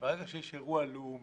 ברגע שיש אירוע לאומי,